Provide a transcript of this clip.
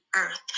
earth